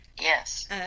Yes